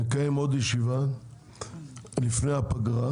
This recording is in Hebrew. אנחנו נקיים עוד ישיבה לפני הפגרה.